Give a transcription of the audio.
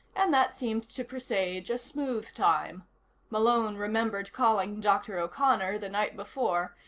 and that seemed to presage a smooth time malone remembered calling dr. o'connor the night before,